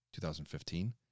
2015